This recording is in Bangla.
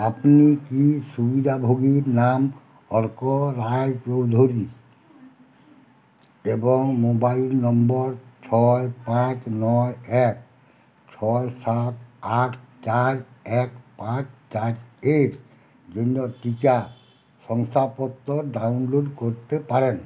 আপনি কি সুবিধাভোগীর নাম অর্ক রায়চৌধুরী এবং মোবাইল নম্বর ছয় পাঁচ নয় এক ছয় সাত আট চার এক পাঁচ চার এর জন্য টিকা শংসাপত্র ডাউনলোড করতে পারেন